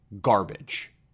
garbage